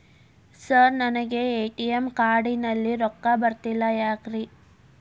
Sir ನನಗೆ ATM card ನಲ್ಲಿ ರೊಕ್ಕ ಬರತಿಲ್ಲ ಯಾಕ್ರೇ?